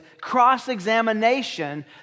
cross-examination